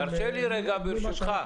כמו שאתם